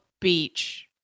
Beach